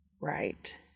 Right